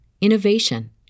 innovation